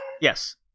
Yes